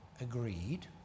agreed